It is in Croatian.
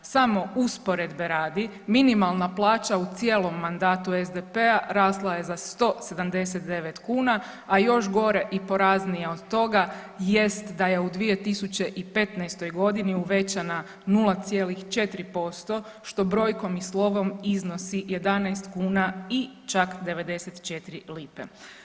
Samo usporedbe radi minimalna plaća u cijelom mandatu SDP-a rasla je za 179 kuna, a još gore i poraznije od toga jest da je u 2015. godini uvećana 0,4% što brojkom i slovom iznosi 11 kuna i čak 94 lipe.